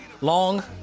long